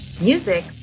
music